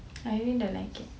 I really don't like it